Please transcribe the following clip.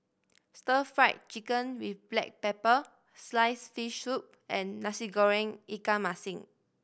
Stir Fried Chicken with black pepper sliced fish soup and Nasi Goreng ikan masin